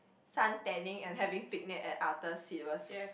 sun tanning and having picnic at other seat was